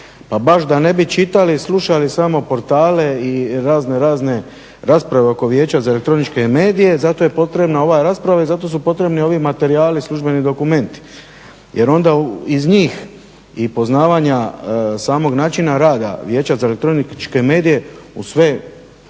Pa baš da ne bi čitali i slušali samo portale i razno razne rasprave oko Vijeća za elektroničke medije zato je potrebna ova rasprava i zato su potrebni ovi materijali i službeni dokumenti jer onda iz njih i poznavanja samog načina rada Vijeća za elektroničke medije u moguće